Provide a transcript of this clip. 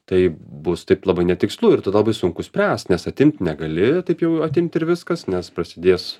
tai bus taip labai netikslu ir tada labai sunku spręst nes atimt negali taip jau atimt ir viskas nes prasidės